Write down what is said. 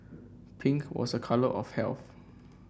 pink was a colour of health